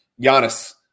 Giannis